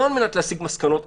לא על מנת להסיק מסקנות,